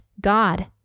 God